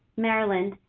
maryland,